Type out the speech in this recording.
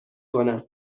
کنم